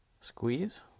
squeeze